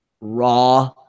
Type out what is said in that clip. raw